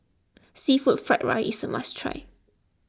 Seafood Fried Rice is a must try